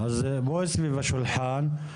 ראשית, נטען פה שיש פה החלטות